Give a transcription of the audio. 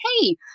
Hey